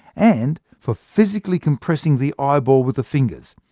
and for physically compressing the eyeball with the fingers.